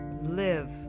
Live